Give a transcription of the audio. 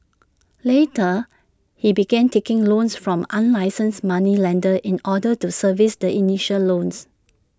later he began taking loans from unlicensed moneylenders in order to service the initial loans